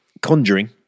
conjuring